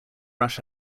rush